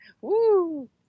woo